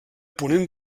ponent